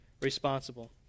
responsible